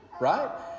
right